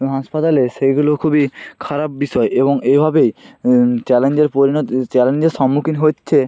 হাসপাতালে সেইগুলো খুবই খারাপ বিষয় এবং এইভাবেই চ্যালেঞ্জের পরিণত চ্যালেঞ্জের সম্মুখীন হচ্ছে